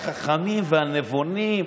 החכמים והנבונים,